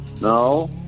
No